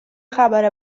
خبر